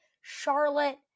charlotte